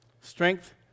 strength